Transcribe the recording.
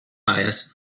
bias